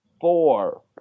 four